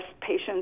patients